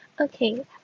okay